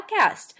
podcast